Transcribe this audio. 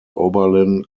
oberlin